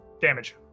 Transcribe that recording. damage